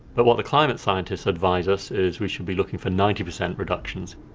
but what the climate scientists advise us is we should be looking for ninety percent reductions.